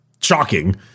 shocking